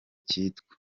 cyitwa